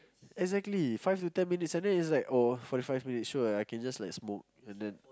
exactly five to ten minutes and then it's like oh forty five minutes sure I can just like smoke and then